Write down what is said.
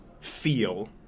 feel